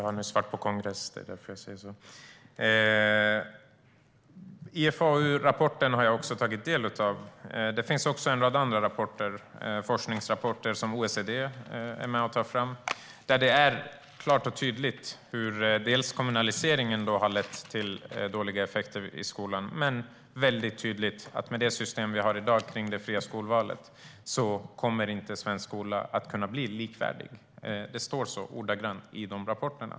Herr talman! Jag har också tagit del av IFAU-rapporten. Det finns en rad andra forskningsrapporter som OECD är med och tar fram, och där framgår det tydligt hur kommunaliseringen har gett dåliga effekter i skolan och att svensk skola inte kommer att kunna bli likvärdig med det system för fritt skolval vi har i dag. Det står så ordagrant i dessa rapporter.